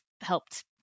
helped